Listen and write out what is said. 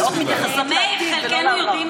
בדרך כלל הצעות מתייחסות לעתיד ולא לעבר.